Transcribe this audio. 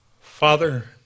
Father